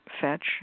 fetch